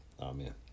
Amen